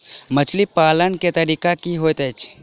मछली पालन केँ तरीका की होइत अछि?